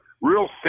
real